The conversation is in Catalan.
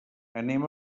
anem